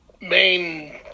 main